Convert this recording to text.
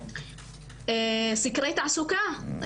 סקרי תעסוקה,